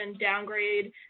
downgrade